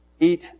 Eat